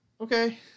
Okay